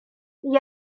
gli